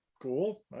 Cool